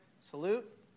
salute